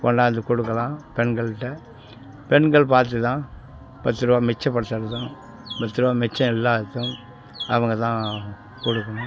கொண்டாந்து கொடுக்கலாம் பெண்கள்கிட்ட பெண்கள் பார்த்துதான் பத்துரூவா மிச்சப்படுத்துறதும் பத்துரூவா மிச்சம் இல்லாததும் அவங்கதான் கொடுக்கணும்